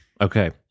Okay